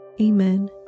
Amen